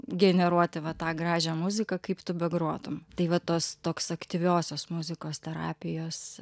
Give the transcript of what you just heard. generuoti va tą gražią muziką kaip tu begrotum tai va tos toks aktyviosios muzikos terapijos